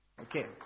Okay